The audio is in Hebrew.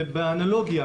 באנלוגיה,